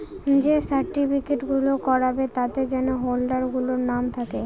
যে সার্টিফিকেট গুলো করাবে তাতে যেন হোল্ডার গুলোর নাম থাকে